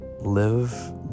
live